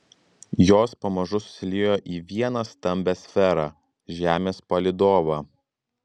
jos pamažu susiliejo į vieną stambią sferą žemės palydovą